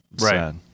Right